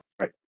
Right